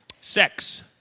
Sex